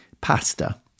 pasta